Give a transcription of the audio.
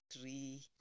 tree